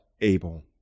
able